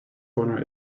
corner